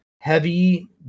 heavy